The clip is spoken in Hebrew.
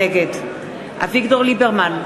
נגד אביגדור ליברמן,